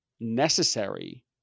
necessary